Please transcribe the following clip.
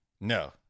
No